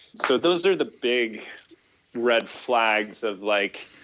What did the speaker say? so those are the big red flags of like,